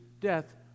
death